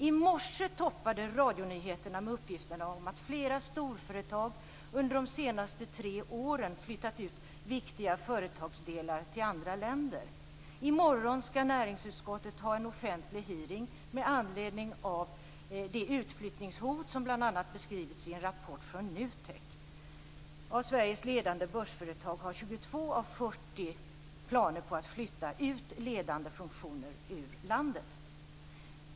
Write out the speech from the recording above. I morse toppade radionyheterna med uppgifterna om att flera storföretag under de senaste tre åren flyttat ut viktiga företagsdelar till andra länder. I morgon skall näringsutskottet ha en offentlig hearing med anledning av det utflyttningshot som bl.a. beskrivits i en rapport från NUTEK. Av Sveriges ledande börsföretag har 22 av 40 planer på att flytta ut ledande funktioner ur landet.